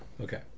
Okay